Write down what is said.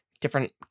different